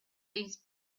these